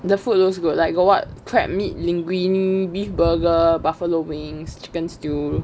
the food looks good like got what crab meat linguine beef burger buffalo wings chicken stew